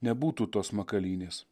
nebūtų tos makalynės